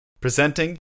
presenting